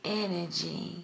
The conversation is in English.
energy